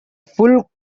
full